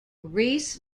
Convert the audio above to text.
rhys